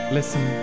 Listen